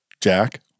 Jack